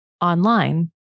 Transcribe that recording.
online